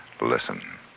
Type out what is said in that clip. Listen